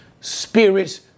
spirits